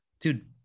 dude